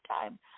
time